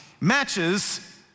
matches